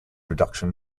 reduction